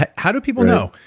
ah how do people know?